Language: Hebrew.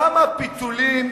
כמה פיתולים